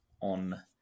on